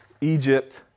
Egypt